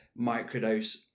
microdose